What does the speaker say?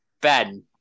Ben